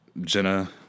Jenna